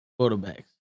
Quarterbacks